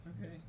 Okay